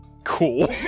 cool